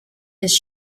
his